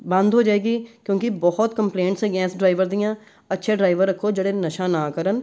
ਬੰਦ ਹੋ ਜਾਏਗੀ ਕਿਉਂਕਿ ਬਹੁਤ ਕੰਪਲੇਂਟਸ ਹੈਗੀਆਂ ਇਸ ਡਰਾਈਵਰ ਦੀਆਂ ਅੱਛੇ ਡਰਾਈਵਰ ਰੱਖੋ ਜਿਹੜੇ ਨਸ਼ਾ ਨਾ ਕਰਨ